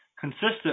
consistent